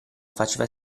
faceva